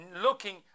looking